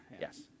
Yes